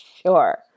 sure